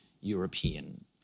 European